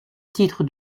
titre